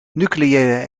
nucleaire